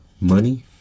money